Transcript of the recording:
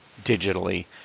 digitally